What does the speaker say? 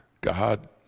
God